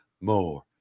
more